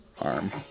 Arm